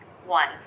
One